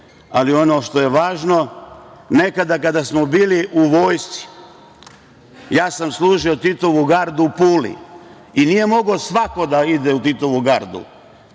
temi. Ono što je važno, nekada kada smo bili u vojsci ja sam služio Titovu gardu u Puli i nije mogao svako da ide u Titovu gardu.